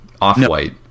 off-white